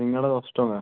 ସିଙ୍ଗଡ଼ା ଦଶ ଟଙ୍କା